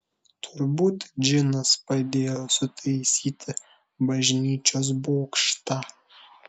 turbūt džinas padėjo sutaisyti bažnyčios bokštą